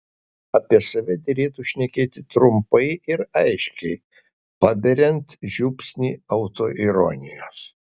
apie save derėtų šnekėti trumpai ir aiškiai paberiant žiupsnį autoironijos